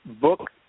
Book